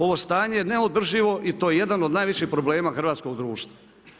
Ovo stanje je neodrživo i to je jedan od najvećih problema hrvatskog društva.